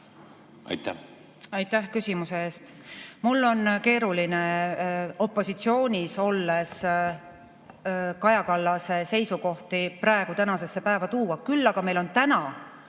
taga. Aitäh küsimuse eest! Mul on keeruline opositsioonis olles Kaja Kallase seisukohti tänasesse päeva tuua. Küll aga on meil täna